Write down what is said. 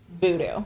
voodoo